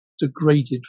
degraded